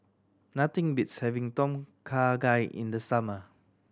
nothing beats having Tom Kha Gai in the summer